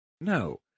No